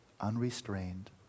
unrestrained